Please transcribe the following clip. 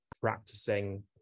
practicing